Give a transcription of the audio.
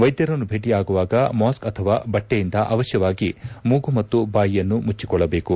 ವೈದ್ಯರನ್ನು ಭೇಟಿಯಾಗುವಾಗ ಮಾಸ್ಕ್ ಅಥವಾ ಬಟ್ಟೆಯಿಂದ ಅವಶ್ಯವಾಗಿ ಮೂಗು ಮತ್ತು ಬಾಯಿಯನ್ನು ಮುಚ್ಚಿಕೊಳ್ಟಬೇಕು